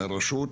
הרשות.